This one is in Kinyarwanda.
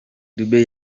dube